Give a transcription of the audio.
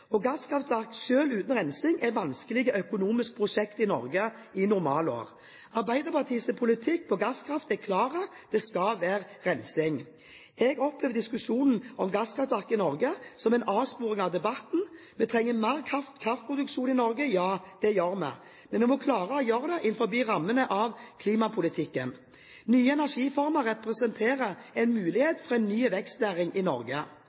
Gasskraftverk selv uten rensing er vanskelige økonomiske prosjekter i Norge i normalår. Arbeiderpartiets politikk når det gjelder gasskraftverk, er klar – det skal være rensing. Jeg opplever diskusjonen om gasskraftverk i Norge som en avsporing av debatten. Vi trenger mer kraftproduksjon i Norge – ja, det gjør vi. Men vi må klare å gjøre det innenfor rammen av klimapolitikken. Nye energiformer representerer en mulighet for en ny vekstnæring i Norge.